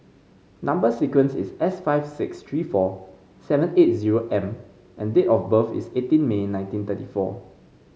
number sequence is S five six three four seven eight zero M and date of birth is eighteen May nineteen thirty four